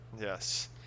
Yes